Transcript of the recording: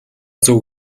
зөв